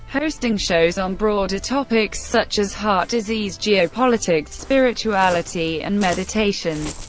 hosting shows on broader topics such as heart disease, geopolitics, spirituality, and meditation,